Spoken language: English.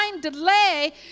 delay